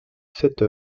cette